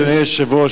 אדוני היושב-ראש,